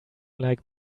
like